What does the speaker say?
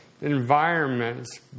environments